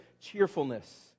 cheerfulness